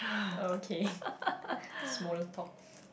okay small talk